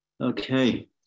Okay